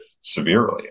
severely